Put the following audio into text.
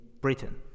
Britain